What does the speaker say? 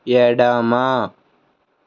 ఎడమ